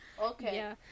Okay